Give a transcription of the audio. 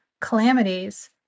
calamities